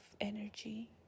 energy